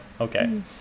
okay